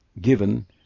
Given